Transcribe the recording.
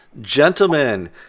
Gentlemen